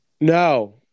No